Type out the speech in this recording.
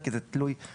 כי הגוף הוא תלוי זהות,